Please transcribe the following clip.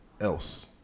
else